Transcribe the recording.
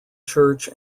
church